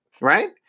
right